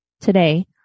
Today